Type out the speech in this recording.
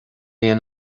aon